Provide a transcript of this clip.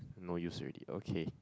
no use already okay